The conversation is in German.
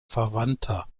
verwandter